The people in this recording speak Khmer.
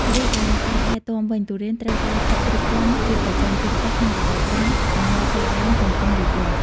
រីឯការថែទាំវិញ ទុរេនត្រូវការទឹកគ្រប់គ្រាន់ជាប្រចាំ ជាពិសេសក្នុងរដូវប្រាំង និងនៅពេលដើមកំពុងលូតលាស់។